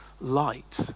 light